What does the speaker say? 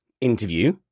interview